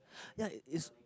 ya it's